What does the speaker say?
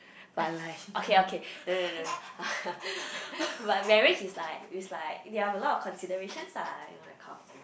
but like okay okay no no no uh but marriage it's like it's like there are a lot of considerations lah you know that kind of thing